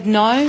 no